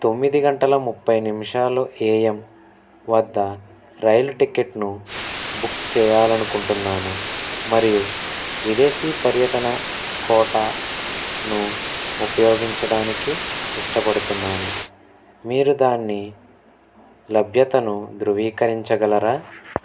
తొమ్మిది గంటల ముప్పై నిమిషాలో ఏఎం వద్ద రైలు టికెట్ను బుక్ చెయ్యాలనుకుంటున్నాను మరియు విదేశీ పర్యాటన కోటాను ఉపయోగించడానికి ఇష్టపడుతున్నాను మీరు దాన్ని లభ్యతను ధృవీకరించగలరా